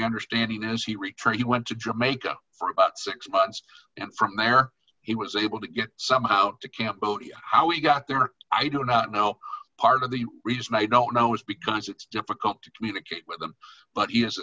understanding as he returned he went to jamaica for about six months and from there he was able to get somehow to cambodia how he got there i do not know part of the reason i don't know is because it's difficult to communicate with them but he